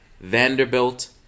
Vanderbilt